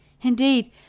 Indeed